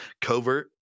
covert